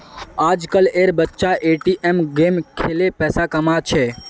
आजकल एर बच्चा ए.टी.एम गेम खेलें पैसा कमा छे